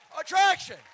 attraction